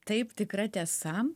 taip tikra tiesa